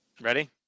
Ready